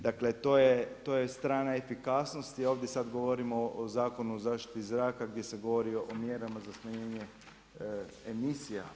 Dakle, to je strana efikasnosti i ovdje sada govorimo o Zakonu o zaštiti zraka gdje se govorio o mjerama za smanjenje emisija.